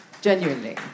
genuinely